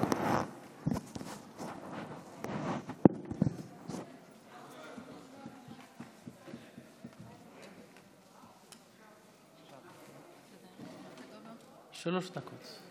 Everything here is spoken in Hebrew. שלוש דקות.